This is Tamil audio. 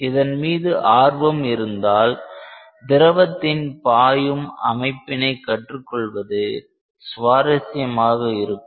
இதன் மீது ஆர்வமிருந்தால் திரவத்தின் பாயும் அமைப்பினை கற்றுக்கொள்வது சுவாரசியமாக இருக்கும்